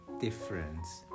difference